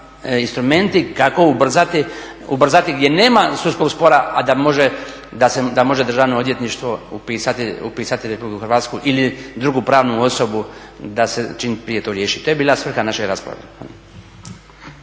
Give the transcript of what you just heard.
instrumenti kako ubrzati gdje nama sudskog spora, a da može Državno odvjetništvo upisati RH ili drugu pravnu osobu da se čim prije to riješi, to je bila svrha naše rasprave.